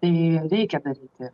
tai reikia daryti